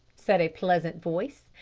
said a pleasant voice,